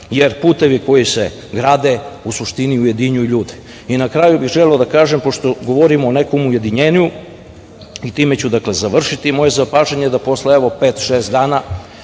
jer putevi koji se grade u suštini ujedinjuju ljude. Na kraju bih želeo da kažem, pošto govorim o nekom ujedinjenju, i time ću završiti moje zapažanje, da posle, evo, pet, šest dana